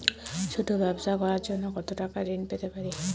ছোট ব্যাবসা করার জন্য কতো টাকা ঋন পেতে পারি?